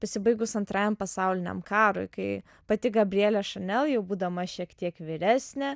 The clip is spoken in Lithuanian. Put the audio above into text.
pasibaigus antrajam pasauliniam karui kai pati gabrielė chanel jau būdama šiek tiek vyresnė